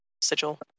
sigil